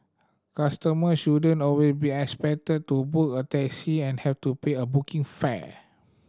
customer shouldn't always be expected to book a taxi and have to pay a booking